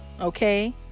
okay